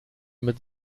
mit